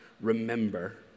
remember